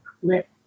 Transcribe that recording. Clip